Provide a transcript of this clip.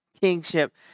kingship